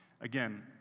Again